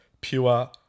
pure